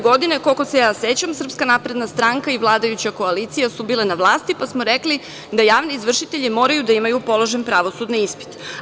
Godine 2015, koliko se ja sećam, SNS i vladajuća koalicija su bile na vlasti, pa smo rekli da javni izvršitelji moraju da imaju položen pravosudni ispit.